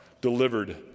delivered